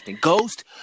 ghost